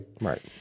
Right